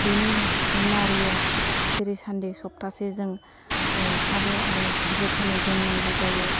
बेनि नारिया सिरिसानदि सप्तासे जों आलो आलो जोथोनै दोन्नांगौ जायो